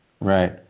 Right